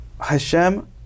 Hashem